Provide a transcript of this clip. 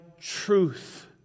truth